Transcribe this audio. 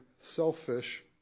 selfish